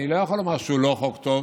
אני לא יכול לומר שהוא לא חוק טוב,